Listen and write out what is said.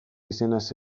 izenaz